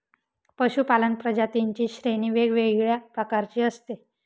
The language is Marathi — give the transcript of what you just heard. पशूपालन प्रजातींची श्रेणी वेगवेगळ्या प्रकारची असते